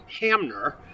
Hamner